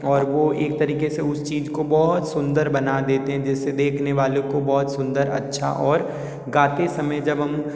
और वो एक तरीक़े से उस चीज़ को बहुत सुन्दर बना देते जिससे देखने वालों को बहुत सुन्दर अच्छा और गाते समय जब हम